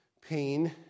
pain